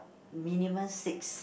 minimum six